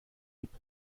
hip